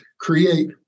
create